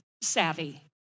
savvy